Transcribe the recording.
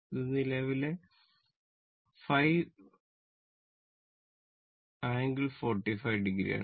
ഇത് നിലവിലെ 5 ∟45o ആണ്